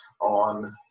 on